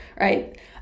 right